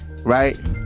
Right